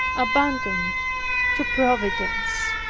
abandoned to providence,